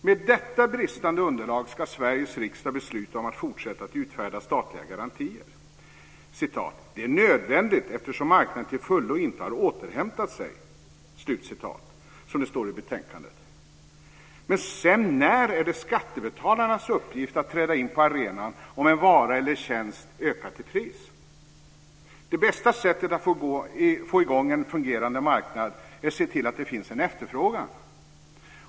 Med detta bristande underlag ska Sveriges riksdag besluta om att fortsätta utfärda statliga garantier: "Detta är nödvändigt eftersom marknaden till fullo inte har återhämtat sig" som det står i betänkandet. Men sedan när är det skattebetalarnas uppgift att träda in på arenan om en vara eller tjänst ökat i pris? Det bästa sättet att få i gång en fungerande marknad är att se till att det finns en efterfrågan.